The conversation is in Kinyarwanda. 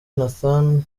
nathan